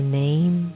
name